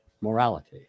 morality